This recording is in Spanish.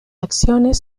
acciones